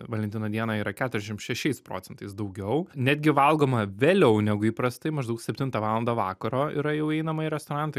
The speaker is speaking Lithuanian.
valentino dieną yra keturiasdešim šešiais procentais daugiau netgi valgoma vėliau negu įprastai maždaug septintą valandą vakaro yra jau einama į restoraną tai